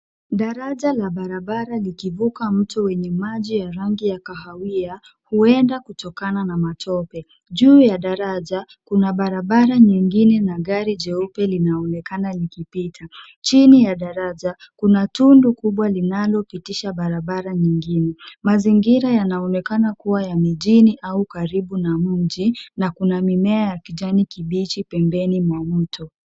Daraja la barabara likivuka mto wenye maji ya rangi ya kahawia, huenda kutokana na matope. Juu ya daraja kuna barabara nyingine na gari jeupe linaonekana likipita. Chini ya daraja kuna tundu kubwa linalopitisha barabara nyingine. Mazingira yanaonekana kuwa ya mijini au karibu na mji na kuna mimea ya kijani kibichi pembeni mwa mto.